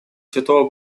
святого